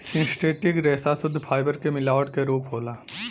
synthetic रेसा सुद्ध fibre के मिलावट क रूप होला